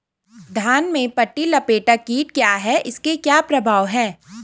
धान में पत्ती लपेटक कीट क्या है इसके क्या प्रभाव हैं?